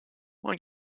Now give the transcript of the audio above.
one